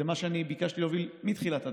זה מה שאני ביקשתי להוביל מתחילת הדרך,